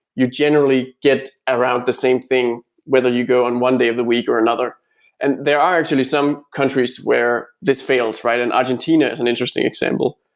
you generally get around the same thing whether you go on one day of the week or another and there are actually some countries where this fails, right? argentina is an interesting example.